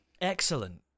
Excellent